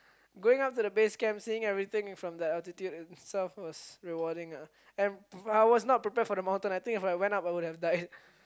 going up to the base camp seeing everything from that altitude itself was rewarding ah and I was not prepared for the mountain I think if I went up I would have died